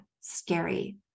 scary